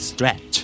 Stretch